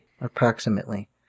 Approximately